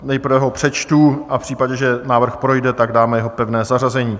Nejprve ho přečtu a v případě, že návrh projde, dáme jeho pevné zařazení.